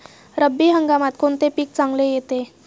रब्बी हंगामात कोणते पीक चांगले येते?